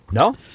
No